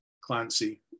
clancy